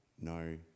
no